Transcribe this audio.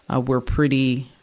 ah we're pretty,